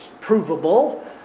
provable